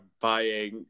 buying